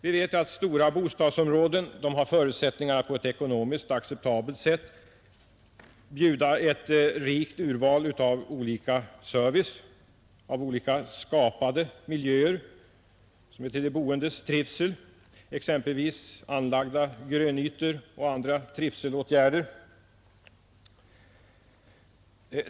Vi vet att stora bostadsområden har förutsättningar att på ett ekonomiskt acceptabelt sätt bjuda ett rikt urval av service, av olika skapade miljöer som tillhör boendets trivsel, exempelvis anlagda grönytor och andra trivselåtgärder.